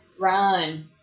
Run